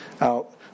out